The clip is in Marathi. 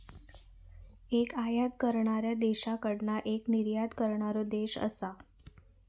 एक आयात करणाऱ्या देशाकडना एक निर्यात करणारो देश असा